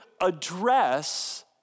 address